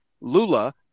Lula